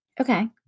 Okay